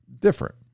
Different